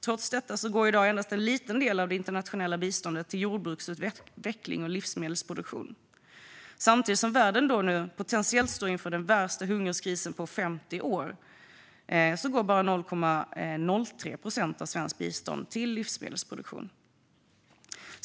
Trots detta går i dag endast en liten del av det internationella biståndet till jordbruksutveckling och livsmedelsproduktion. Samtidigt som världen nu potentiellt står inför den värsta hungerskrisen på 50 år går bara 0,03 procent av det svenska biståndet till livsmedelsproduktion.